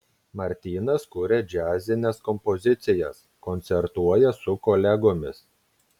martynas kuria džiazines kompozicijas koncertuoja su kolegomis